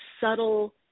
subtle